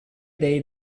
day